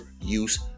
use